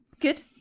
good